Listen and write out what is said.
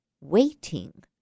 waiting